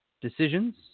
decisions